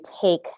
take